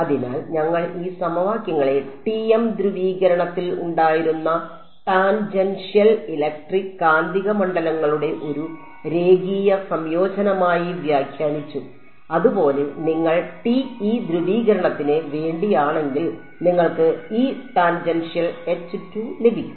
അതിനാൽ ഞങ്ങൾ ഈ സമവാക്യങ്ങളെ ടിഎം ധ്രുവീകരണത്തിൽ ഉണ്ടായിരുന്ന ടാൻജൻഷ്യൽ ഇലക്ട്രിക് കാന്തിക മണ്ഡലങ്ങളുടെ ഒരു രേഖീയ സംയോജനമായി വ്യാഖ്യാനിച്ചു അതുപോലെ നിങ്ങൾ TE ധ്രുവീകരണത്തിന് വേണ്ടിയാണെങ്കിൽ നിങ്ങൾക്ക് E ടാൻജൻഷ്യൽ ലഭിക്കും